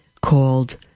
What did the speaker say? called